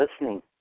listening